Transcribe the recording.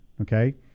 okay